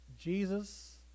Jesus